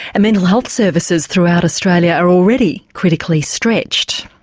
and mental health services throughout australia are already critically stretched.